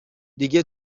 دیگه